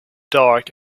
dark